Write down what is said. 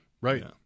right